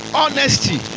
honesty